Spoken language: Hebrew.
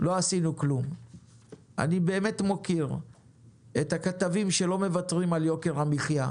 למה הוא לא ניהל כספומטים בעצמו והיה מוזיל ולוקח את מה שהוא לוקח כבנק,